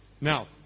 Now